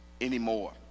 anymore